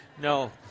No